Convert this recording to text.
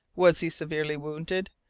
was he severely wounded?